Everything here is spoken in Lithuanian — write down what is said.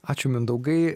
ačiū mindaugai